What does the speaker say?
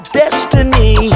destiny